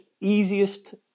easiest